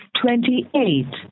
twenty-eight